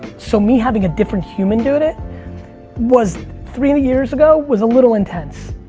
so me having a different human doing it was three and years ago was a little intense.